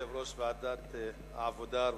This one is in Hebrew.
יושב-ראש ועדת העבודה,